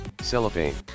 Cellophane